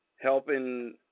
Helping